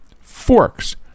forks